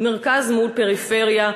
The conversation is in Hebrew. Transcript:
מרכז מול פריפריה,